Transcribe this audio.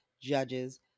judges